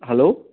hello